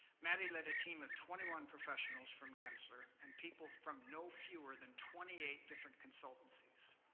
maddy led a team of twenty one professionals from gensler, and people from no fewer than twenty eight different consultancies,